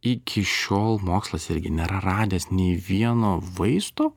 iki šiol mokslas irgi nėra radęs nei vieno vaisto